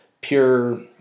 pure